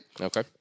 Okay